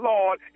Lord